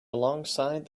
alongside